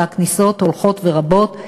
והכניסות הולכות ורבות,